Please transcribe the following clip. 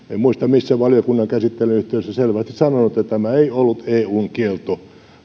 muista missä valiokunnan käsittelyn yhteydessä selvästi sanonut että tämä ei ollut eun kielto